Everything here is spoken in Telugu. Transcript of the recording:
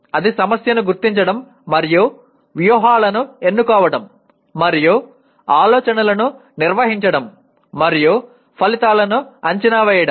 అది సమస్యను గుర్తించడం మరియు వ్యూహాలను ఎన్నుకోవడం మరియు ఆలోచనలను నిర్వహించడం మరియు ఫలితాలను అంచనా వేయడం